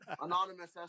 Anonymous